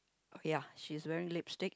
ya she's wearing lipstick